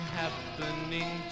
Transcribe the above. happening